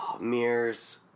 Mirrors